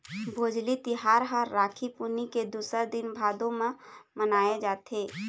भोजली तिहार ह राखी पुन्नी के दूसर दिन भादो म मनाए जाथे